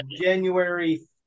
January